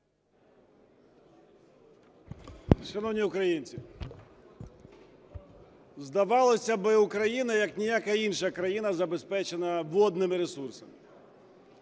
Шановні українці! Здавалося б, Україна, як ніяка інша країна, забезпечена водними ресурсами.